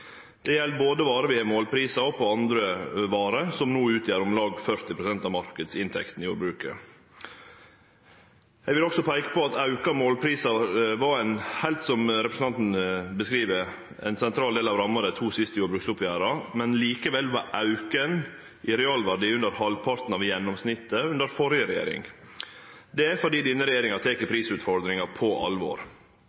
Det gjeld både varer vi har målprisar på, og andre varer, som no utgjer om lag 40 pst. av marknadsinntektene i jordbruket. Eg vil peike på, som også representanten Pollestad beskriver, at auka målprisar var ein heilt sentral del av ramma i dei to siste jordbruksoppgjera, men likevel var auken i realverdi under halvparten av gjennomsnittet under førre regjering. Det er fordi denne regjeringa tek